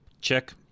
Check